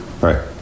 right